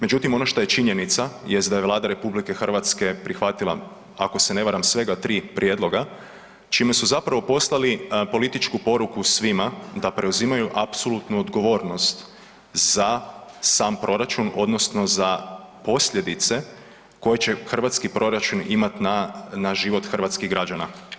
Međutim, ono što je činjenica jest da je Vlada RH prihvatila, ako se ne varam, svega 3 prijedloga, čime su zapravo poslali političku poruku svima da preuzimaju apsolutnu odgovornost za sam proračun, odnosno za posljedice koje će hrvatski proračun imati na život hrvatskih građana.